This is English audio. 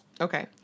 Okay